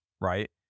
right